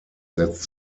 setzt